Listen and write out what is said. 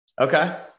okay